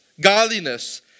godliness